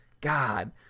God